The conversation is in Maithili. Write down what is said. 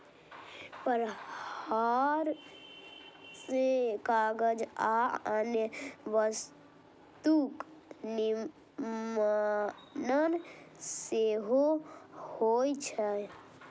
पुआर सं कागज आ अन्य वस्तुक निर्माण सेहो होइ छै